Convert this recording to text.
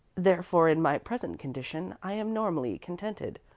therefore, in my present condition, i am normally contented.